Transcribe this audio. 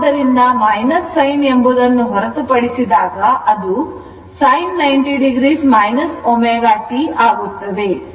ಆದ್ದರಿಂದ sin ಎಂಬುದನ್ನು ಹೊರತುಪಡಿಸಿದಾಗ ಅದು sin 90 o ω t